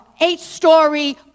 eight-story